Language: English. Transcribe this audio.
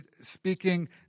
speaking